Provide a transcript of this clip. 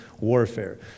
warfare